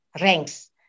ranks